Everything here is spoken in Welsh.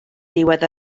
diwedd